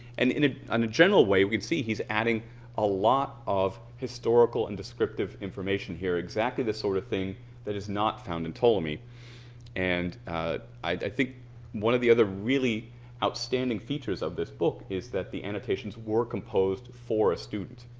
and in ah and a general way we'd see he's adding a lot of historical and descriptive information here exactly the sort of thing that is not found in ptolemy and i think one of the other really outstanding features of this book is that the annotations were composed for a student.